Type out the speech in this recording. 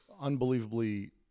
unbelievably